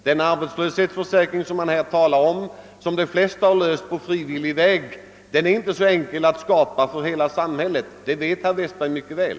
Den arbetslöshetsförsäkring som det talas om, som de flesta löst på frivillig väg, är inte enkel att ordna för hela samhället, det vet herr Westberg mycket väl.